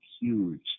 huge